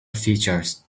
features